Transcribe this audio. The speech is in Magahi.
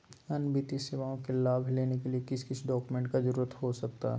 अन्य वित्तीय सेवाओं के लाभ लेने के लिए किस किस डॉक्यूमेंट का जरूरत हो सकता है?